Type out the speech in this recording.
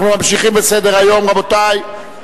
אנחנו ממשיכים בסדר-היום, רבותי.